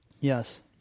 Yes